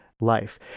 life